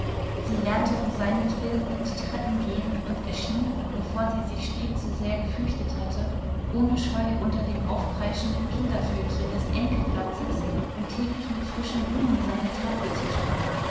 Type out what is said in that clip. sie lernte um seinetwillen die treppen gehen und erschien wovor sie sich stets so sehr gefürchtet hatte ohne scheu unter dem aufkreischenden kindervölkchen des enckeplatzes um täglich mit frischen blumen seine tafel zu schmücken